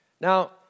Now